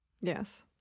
Yes